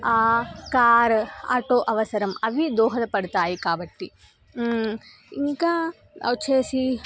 car auto అవసరం అవి దోహదపడతాయి కాబట్టి ఇంకా వచ్చి